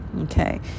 Okay